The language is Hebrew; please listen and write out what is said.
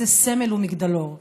איזה סמל ומגדלור.